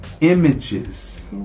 images